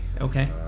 Okay